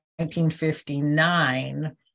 1959